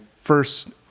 first